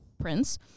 prince